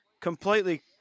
completely